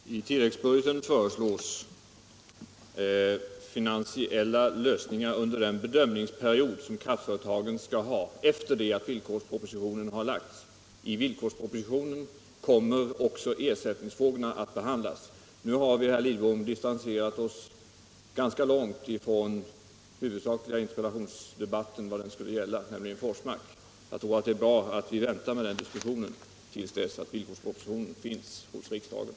Herr talman! I tilläggsbudgeten föreslås finansiella lösningar under den bedömningsperiod som kraftföretagen skall ha efter det att villkorspropositionen har förelagts riksdagen. I villkorspropositionen kommer också ersättningsfrågorna att behandlas. Nu har vi, herr Lidbom, distanserat oss ganska långt från vad den - Nr 25 här interpellationsdebatten huvudsakligen skulle gälla, nämligen Forsmark. Jag tror att det är bra att vänta med den fortsatta diskussionen till dess att villkorspropositionen föreligger.